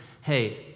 hey